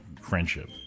friendship